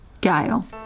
Gail